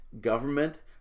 government